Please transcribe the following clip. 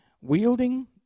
Wielding